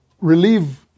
relieve